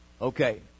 okay